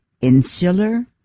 Insular